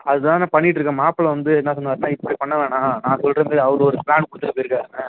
அதுதான்ண்ண பண்ணிட்டுருக்கேன் மாப்பிள வந்து என்ன சொன்னாருன்னா இப்படி பண்ண வேணாம் நான் சொல்றமாரி அவர் ஒரு பிளான் கொடுத்துட்டு போயிருக்க்கார்ண்ணே